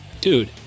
Dude